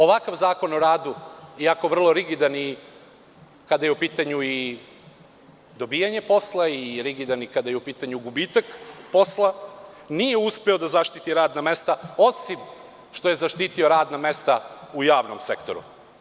Ovakav Zakon o radu, i ako vrlo rigidan, kada je u pitanju i dobijanje posla, rigidan i kada je u pitanju gubitak posla, nije uspeo da zaštiti radna mesta, osim što je zaštitio radna mesta u javnom sektoru.